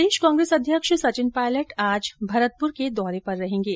प्रदेश कांग्रेस अध्यक्ष सचिन पायलट आज भरतपुर के दौरे पर रहेगें